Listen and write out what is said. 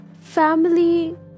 family